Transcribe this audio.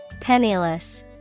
penniless